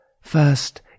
First